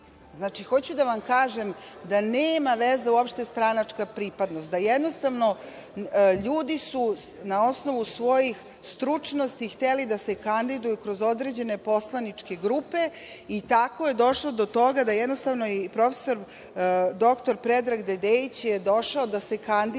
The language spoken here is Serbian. hoću da vam kažem da nema veze uopšte stranačka pripadnost. LJudi su na osnovu svoje stručnosti hteli da se kandiduju kroz određene poslaničke grupe i tako je došlo do toga da je prof. dr Predrag Dedejić došao da se kandiduje